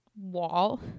wall